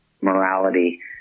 morality